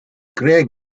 craig